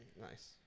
Nice